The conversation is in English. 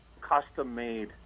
custom-made